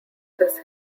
this